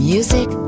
Music